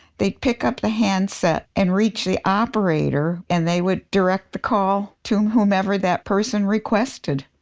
they'd pick up the handset and reach the operator and they would direct the call to whomever that person requested.